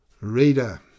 Reader